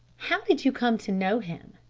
how did you come to know him?